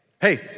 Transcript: hey